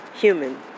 human